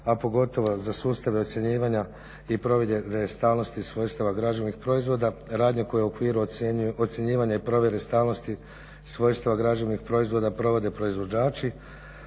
a pogotovo za sustave ocjenjivanja i provedbe stalnosti svojstava građevnih proizvoda, radnje koje u okviru ocjenjivanja i provjere stalnosti svojstava građevnih proizvoda provode proizvođači,